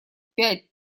пять